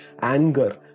Anger